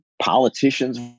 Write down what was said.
politicians